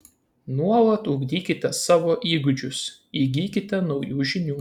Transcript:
nuolat ugdykite savo įgūdžius įgykite naujų žinių